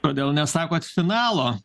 kodėl nesakot finalo